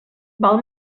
val